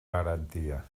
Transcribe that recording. garantia